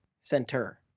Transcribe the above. Center